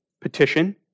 petition